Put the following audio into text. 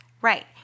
Right